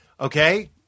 Okay